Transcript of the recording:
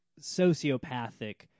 sociopathic